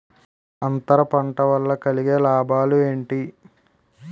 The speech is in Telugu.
అంతర పంట వల్ల కలిగే లాభాలు ఏంటి